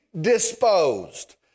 disposed